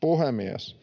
Puhemies!